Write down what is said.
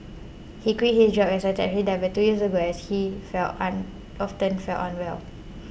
he quit his job as a taxi driver two years ago as he fell um often felt unwell